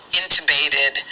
intubated